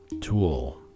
tool